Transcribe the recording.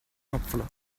knopfler